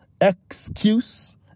Excuse